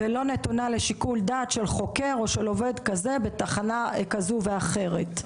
ולא נתונה לשיקול דעת של חוקר או של עובד כזה בתחנה כזאת או אחרת.